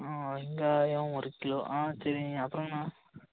ஆ வெங்காயம் ஒரு கிலோ ஆ சரிங்க அப்புறங்கண்ணா